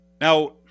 Now –